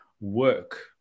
work